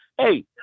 Hey